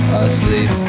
asleep